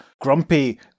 grumpy